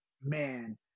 man